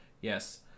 yes